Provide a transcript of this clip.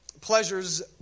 pleasures